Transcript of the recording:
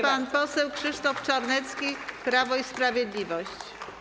Pan poseł Krzysztof Czarnecki, Prawo i Sprawiedliwość.